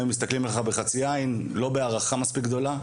והיו מסתכלים עליך בחצי עין; לא בהערכה מספיק גדולה.